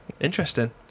interesting